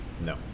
No